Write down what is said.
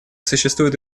существуют